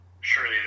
surely